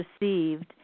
received